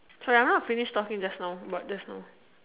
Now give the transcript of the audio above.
sorry I've not finished talking just now about just now